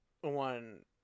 one